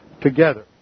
together